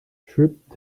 tripp